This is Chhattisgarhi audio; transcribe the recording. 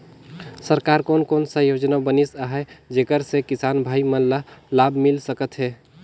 सरकार कोन कोन सा योजना बनिस आहाय जेकर से किसान भाई मन ला लाभ मिल सकथ हे?